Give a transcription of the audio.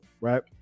right